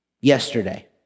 yesterday